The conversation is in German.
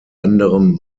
anderem